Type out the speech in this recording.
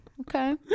okay